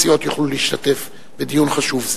כמובן, כל הסיעות יוכלו להשתתף בדיון חשוב זה.